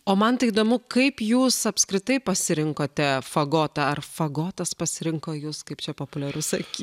o man tai įdomu kaip jūs apskritai pasirinkote fagotą ar fagotas pasirinko jus kaip čia populiaru sakyt